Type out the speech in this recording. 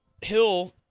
hill